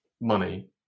money